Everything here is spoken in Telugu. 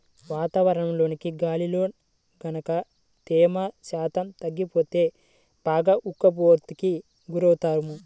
వాతావరణంలోని గాలిలో గనక తేమ శాతం తగ్గిపోతే బాగా ఉక్కపోతకి గురవుతాము